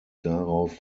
darauf